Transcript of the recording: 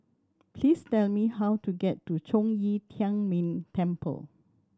please tell me how to get to Zhong Yi Tian Ming Temple